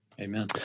Amen